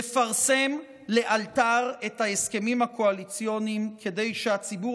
לפרסם לאלתר את ההסכמים הקואליציוניים כדי שהציבור